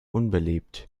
unbeliebt